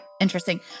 interesting